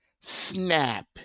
snap